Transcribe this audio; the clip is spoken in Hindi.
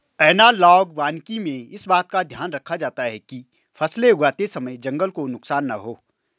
एनालॉग वानिकी में इस बात का ध्यान रखा जाता है कि फसलें उगाते समय जंगल को नुकसान ना हो